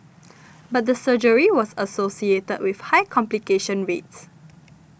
but the surgery was associated with high complication rates